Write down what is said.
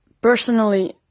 personally